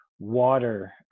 water